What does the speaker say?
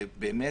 שוויונית.